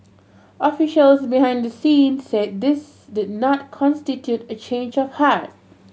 officials behind the scenes said this did not constitute a change of heart